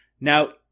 Now